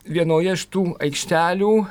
vienoje iš tų aikštelių